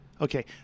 Okay